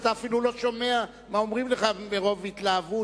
אתה אפילו לא שומע מה אומרים לך מרוב התלהבות.